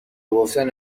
گفتن